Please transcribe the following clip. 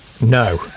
no